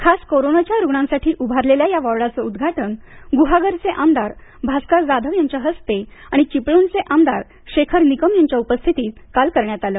खास कोरोनाच्या रुग्णांसाठी उभारलेल्या या वॉर्डांचं उद्घाटन ग्रहागरचे आमदार भास्कर जाधव यांच्या हस्ते आणि चिपळूणचे आमदार शेखर निकम यांच्या उपस्थितीत काल करण्यात आलं